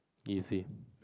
easy